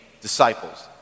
disciples